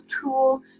tool